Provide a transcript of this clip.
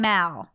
Mal